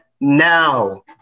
now